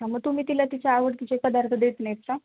ह मग तुम्ही तिला तिचे आवडीचे पदार्थ देत नाहीत का